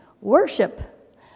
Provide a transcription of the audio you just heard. Worship